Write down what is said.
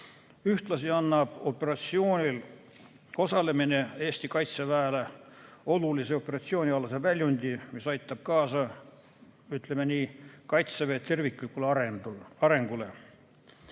Ühtlasi annab operatsioonil osalemine Eesti Kaitseväele olulise operatsioonialase väljundi, mis aitab kaasa, ütleme nii, Kaitseväe terviklikule arengule.